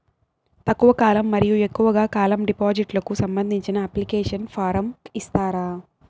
తక్కువ కాలం మరియు ఎక్కువగా కాలం డిపాజిట్లు కు సంబంధించిన అప్లికేషన్ ఫార్మ్ ఇస్తారా?